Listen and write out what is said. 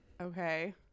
Okay